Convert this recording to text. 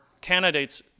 candidates